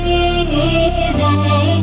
easy